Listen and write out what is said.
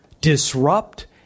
disrupt